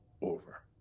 over